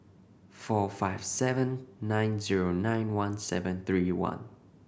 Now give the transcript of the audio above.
four five seven nine zero nine one seven three one